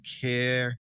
care